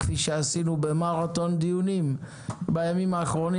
כפי שעשינו במרתון דיונים בימים האחרונים